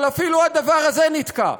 אבל אפילו הדבר הזה נתקע.